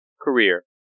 career